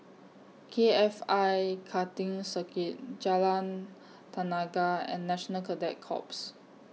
K F I Karting Circuit Jalan Tenaga and National Cadet Corps